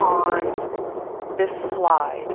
on this slide.